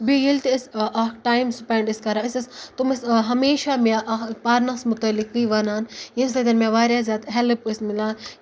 بیٚیہِ ییٚلہِ تہِ أسۍ اَکھ ٹایم سپٮ۪نٛڈ أسۍ کَران أسۍ ٲسۍ تَِم ٲسۍ ہمیشہ مےٚ پرنَس متعلقٕے وَنان ییٚمہِ سۭتۍ مےٚ واریاہ زیادٕ ہٮ۪لٕپ ٲسۍ مِلان